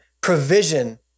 provision